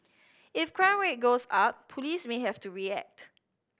if crime rate goes up police may have to react